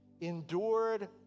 Endured